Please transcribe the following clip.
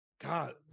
God